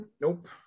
Nope